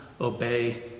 obey